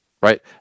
right